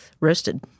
Roasted